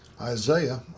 Isaiah